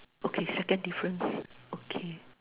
okay second difference okay